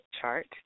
chart